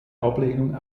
ablehnung